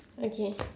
okay